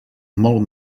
molt